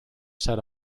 set